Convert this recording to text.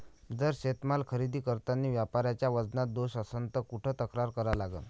जर शेतीमाल खरेदी करतांनी व्यापाऱ्याच्या वजनात दोष असन त कुठ तक्रार करा लागन?